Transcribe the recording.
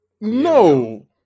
no